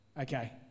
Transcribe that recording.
Okay